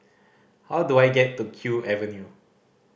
how do I get to Kew Avenue